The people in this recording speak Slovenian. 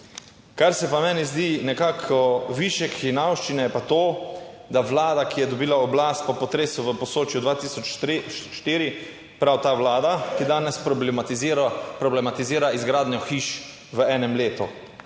Kar se pa meni zdi nekako višek hinavščine, je pa to, da vlada, ki je dobila oblast po potresu v Posočju 2003-2004, prav ta vlada, ki danes problematizira, problematizira izgradnjo hiš v enem letu.